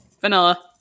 Vanilla